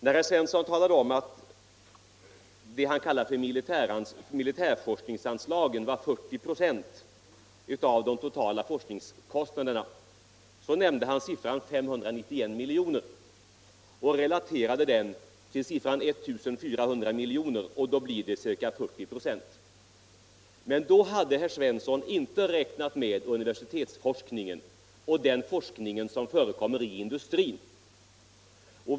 När herr Svensson talade om att det han kallade militärforskningsanslagen utgjorde 40 procent av de totala forskningskostnaderna räknade han inte med universitetsforskningen och den forskning som förekommer inom industrin.